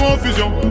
confusion